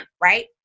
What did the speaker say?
right